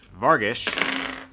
Vargish